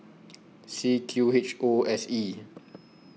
C Q H O S E